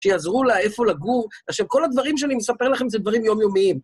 שיעזרו לה, איפה לגור. עכשיו, כל הדברים שאני מספר לכם זה דברים יומיומיים.